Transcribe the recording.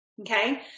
okay